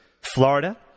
Florida